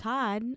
Todd